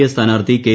A സ്ഥാനാർഥി K